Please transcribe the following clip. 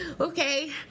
Okay